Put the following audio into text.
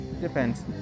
Depends